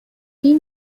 این